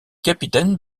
capitaine